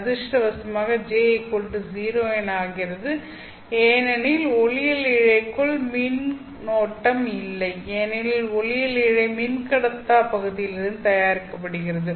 அதிர்ஷ்டவசமாக J0 என ஆகிறது ஏனெனில் ஒளியியல் இழைக்குள் மின்னோட்டம் இல்லை ஏனெனில் ஒளியியல் இழை மின்கடத்தா பகுதியிலிருந்து தயாரிக்கப்படுகிறது